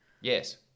yes